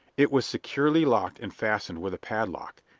it was securely locked and fastened with a padlock,